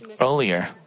earlier